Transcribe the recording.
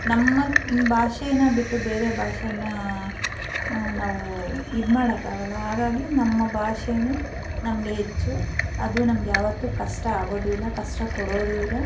ನಮ್ಮ ಭಾಷೇನ್ನ ಬಿಟ್ಟು ಬೇರೆ ಭಾಷೆಯನ್ನ ನಾವು ಇದು ಮಾಡೋಕ್ಕಾಗಲ್ಲ ಹಾಗಾಗಿ ನಮ್ಮ ಭಾಷೇನ್ನೇ ನಮಗೆ ಹೆಚ್ಚು ಅದು ನಮ್ಗೆ ಯಾವತ್ತೂ ಕಷ್ಟ ಆಗೋದೂ ಇಲ್ಲ ಕಷ್ಟ ಕೊಡೋದೂ ಇಲ್ಲ